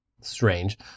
strange